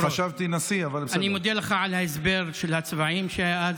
חשבתי נשיא, אבל בסדר.